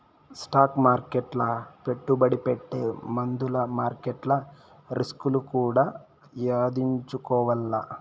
stock మార్కెట్ల పెట్టుబడి పెట్టే ముందుల మార్కెట్ల రిస్కులు కూడా యాదించుకోవాల్ల